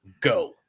go